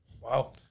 Wow